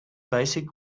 basic